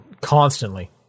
constantly